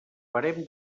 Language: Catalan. barem